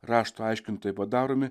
rašto aiškintojai padaromi